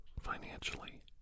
financially